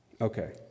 Okay